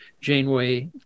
Janeway